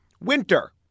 Winter